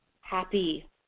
happy